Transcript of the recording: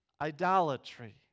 idolatry